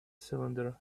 cylinder